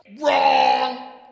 Wrong